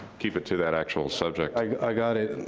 keep it to that actual subject. i got it,